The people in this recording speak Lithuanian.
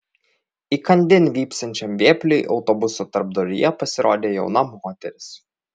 įkandin vypsančiam vėpliui autobuso tarpduryje pasirodė jauna moteris